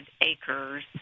acres